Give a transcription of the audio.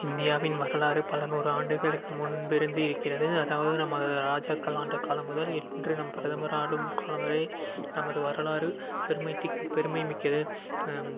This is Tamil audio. இந்தியாவின் வரலாறு பல நூறாண்டுகளுக்கு முன்பு இருந்து இருக்கிறது அதாவது நமது ராஜாக்கள் ஆண்ட காலம் முதல் இன்று நம் பிரதமர் ஆளும் காலம் வரை நமது வரலாறு பெருமைமிக்கது